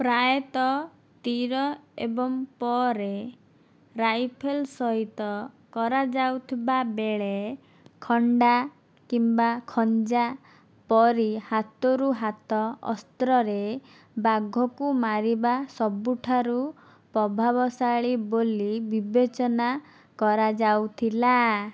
ପ୍ରାୟତଃ ତୀର ଏବଂ ପରେ ରାଇଫଲ୍ ସହିତ କରାଯାଉଥିବା ବେଳେ ଖଣ୍ଡା କିମ୍ବା ଖଞ୍ଜା ପରି ହାତରୁ ହାତ ଅସ୍ତ୍ରରେ ବାଘକୁ ମାରିବା ସବୁଠାରୁ ପ୍ରଭାବଶାଳୀ ବୋଲି ବିବେଚନା କରାଯାଉଥିଲା